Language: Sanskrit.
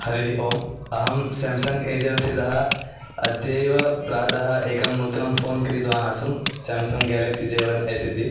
हरिः ओम् अहं सेम्सङ्ग् एजन्सि तः अद्यैव प्रातः एकं नूतनं फ़ोन् क्रीतवान् आसम् Samsung Galaxy J one S इति